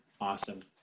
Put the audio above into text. awesome